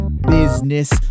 business